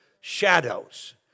shadows